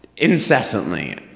Incessantly